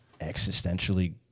existentially